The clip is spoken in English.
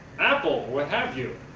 apple, what have you,